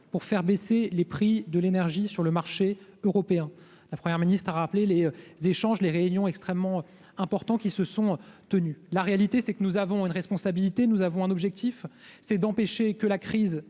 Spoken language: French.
pour faire baisser les prix de l'énergie sur le marché européen, la première ministre a rappelé les échanges, les réunions extrêmement importants qui se sont tenues, la réalité c'est que nous avons une responsabilité, nous avons un objectif, c'est d'empêcher que la crise